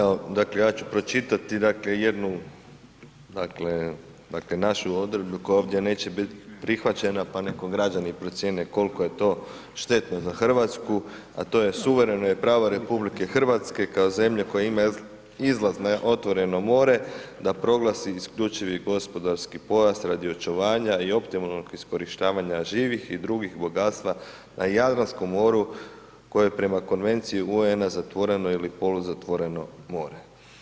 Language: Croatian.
Evo dakle, ja ću pročitati dakle jednu dakle našu odredbu koja ovdje neće biti prihvaćena pa neka građani procjene koliko je to štetno za Hrvatsku, a to je suvereno je pravo RH kao zemlje koja ima izlaz na otvoreno more da proglasi isključivi gospodarski pojas radi očuvanja i optimalnog iskorištavanja živih i drugih bogatstva na Jadranskom moru koje je prema Konvenciji UN-a zatvoreno ili poluzatvoreno more.